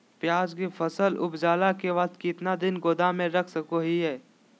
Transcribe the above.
प्याज के फसल उपजला के बाद कितना दिन गोदाम में रख सको हय?